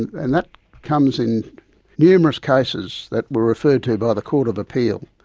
and that comes in numerous cases that were referred to by the court of appeal.